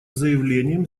заявлением